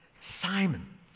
Simon